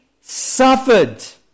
suffered